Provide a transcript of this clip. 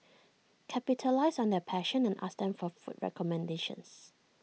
capitalise on their passion and ask them for food recommendations